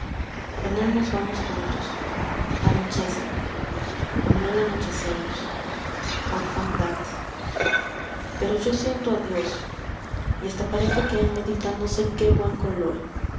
con él nos vamos juntos anochece con él anochecemos orfandad pero yo siento a dios y hasta parece que él me dicta no sé qué buen color